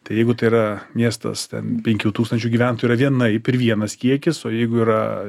tai jeigu tai yra miestas ten penkių tūkstančių gyventojų yra vienaip ir vienas kiekis o jeigu yra